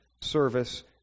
service